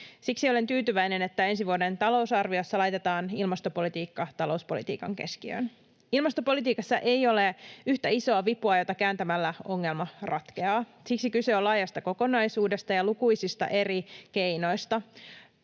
Siksi olen tyytyväinen, että ensi vuoden talousarviossa laitetaan ilmastopolitiikka talouspolitiikan keskiöön. Ilmastopolitiikassa ei ole yhtä isoa vipua, jota kääntämällä ongelma ratkeaa. Siksi kyse on laajasta kokonaisuudesta ja lukuisista eri keinoista.